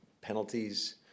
penalties